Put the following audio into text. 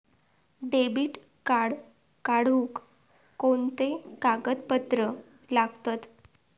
Debit card काढुक कोणते कागदपत्र लागतत?